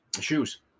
Shoes